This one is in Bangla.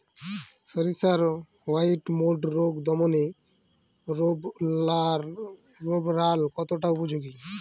সরিষার হোয়াইট মোল্ড রোগ দমনে রোভরাল কতটা উপযোগী?